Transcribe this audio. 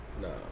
No